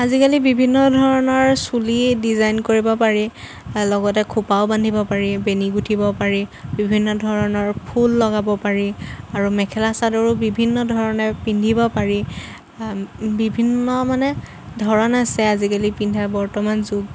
আজিকালি বিভিন্ন ধৰণৰ চুলি ডিজাইন কৰিব পাৰি লগতে খোপাও বান্ধিব পাৰি বেনী গুঠিব পাৰি বিভিন্ন ধৰণৰ ফুল লগাব পাৰি আৰু মেখেলা চাদৰো বিভিন্ন ধৰণে পিন্ধিব পাৰি বিভিন্ন মানে ধৰণ আছে আজিকালি পিন্ধাৰ বৰ্তমান যুগ